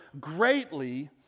greatly